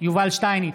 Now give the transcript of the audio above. יובל שטייניץ,